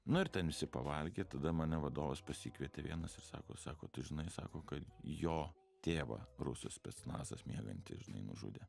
nu ir ten visi pavalgė tada mane vadovas pasikvietė vienas ir sako sako tu žinai sako kad jo tėvą rusų specnazas miegantį nužudė